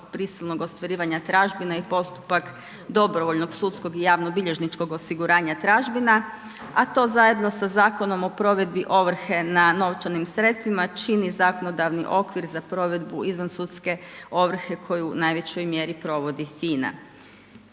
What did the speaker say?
prisilnog ostvarivanja tražbina i postupak dobrovoljnog sudskog i javnobilježničkog osiguranja tražbina, a to zajedno sa Zakonom o provedbi ovrhe na novčanim sredstvima čini zakonodavni okvir za provedbu izvansudske ovrhe koju u najvećoj mjeri provodi FINA.